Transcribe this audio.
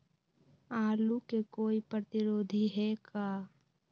आलू के कोई प्रतिरोधी है का?